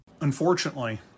Unfortunately